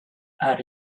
are